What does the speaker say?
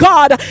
God